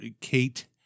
Kate